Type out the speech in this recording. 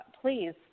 please